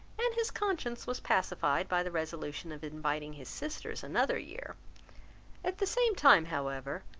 and his conscience was pacified by the resolution of inviting his sisters another year at the same time, however,